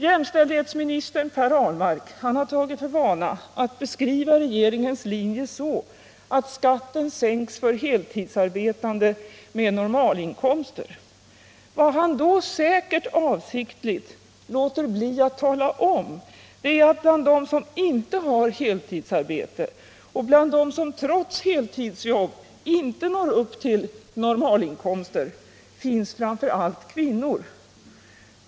Jämställdhetsministern Per Ahlmark har tagit för vana att beskriva regeringens linje så att skatten sänks för heltidsarbetande med normalinkomster. Vad han då, säkert avsiktligt, låter bli att tala om är att bland dem som inte har heltidsarbete och bland dem som trots heltidsjobb inte når upp till normalinkomsten, finns framför allt kvinnor.